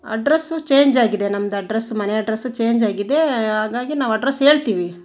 address change ಆಗಿದೆ ನಮ್ದು address ಮನೆ ಅಡ್ರಸ್ಸು ಚೇಂಜ್ ಆಗಿದೆ ಹಾಗಾಗಿ ನಾವು ಅಡ್ರಸ್ ಹೇಳ್ತೀವಿ